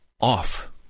off